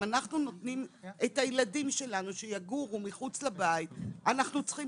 אם אנחנו נותנים את הילדים שלנו שיגורו מחוץ לבית אנחנו צריכים